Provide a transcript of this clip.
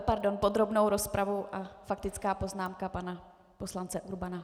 Pardon, podrobnou rozpravu a faktická poznámka pana poslance Urbana.